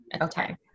Okay